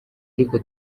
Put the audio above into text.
ariko